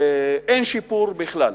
אין שיפור בכלל,